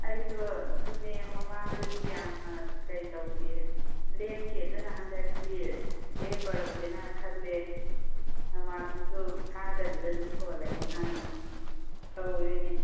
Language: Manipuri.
ꯑꯩꯁꯨ ꯑꯗꯨꯅꯦ ꯃꯃꯥꯡꯗꯗꯤ ꯌꯥꯝꯅ ꯀꯩꯗꯧꯗꯤꯌꯦ ꯂꯦꯞꯈꯤ ꯑꯗꯨꯅ ꯍꯟꯗꯛꯇꯤ ꯂꯦꯞꯄꯔꯣꯏꯒꯦꯅ ꯈꯜꯂꯦ ꯅꯃꯥꯖꯇꯨꯖꯨ ꯊꯥꯗꯕꯤꯗ ꯑꯗꯨꯝ ꯁꯣꯜꯂꯒꯦꯅ ꯑꯗꯨꯝ ꯇꯧꯔꯦꯅꯦ